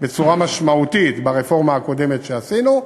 בצורה משמעותית, ברפורמה הקודמת שעשינו,